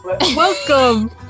Welcome